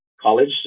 college